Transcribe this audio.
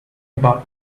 about